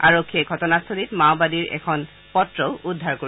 আৰক্ষীয়ে ঘটনাস্থলীত মাওবাদীৰ এখন পত্ৰও উদ্ধাৰ কৰে